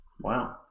Wow